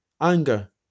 anger